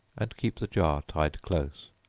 and keep the jar tied close.